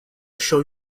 show